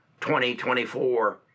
2024